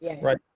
right